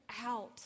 out